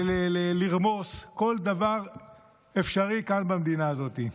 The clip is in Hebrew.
לרמוס כל דבר אפשרי כאן במדינה הזאת.